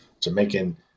Jamaican